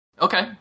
Okay